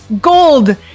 gold